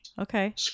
okay